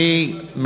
צריך לעשות בחוכמה.